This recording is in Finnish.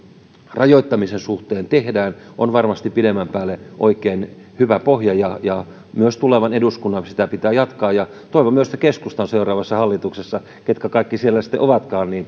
rajoittamisen suhteen tehdään on kyllä varmasti pidemmän päälle oikein hyvä pohja ja ja myös tulevan eduskunnan sitä pitää jatkaa toivon myös että keskusta on seuraavassa hallituksessa ketkä kaikki siellä sitten ovatkaan